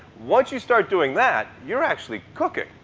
once you start doing that, you're actually cooking.